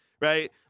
right